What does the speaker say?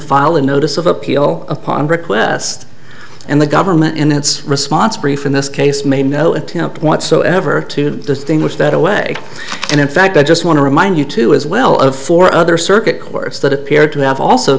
file a notice of appeal upon request and the government in its response brief in this case made no attempt whatsoever to distinguish that away and in fact i just want to remind you too as well of four other circuit courts that appeared to have also